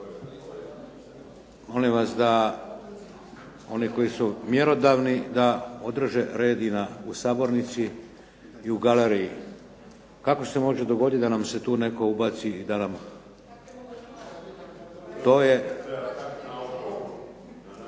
Molim vas da oni koji su mjerodavni da održe red u Sabornici i u galeriji. Kako se može dogoditi da nam se tu netko ubaci i da nam, to je,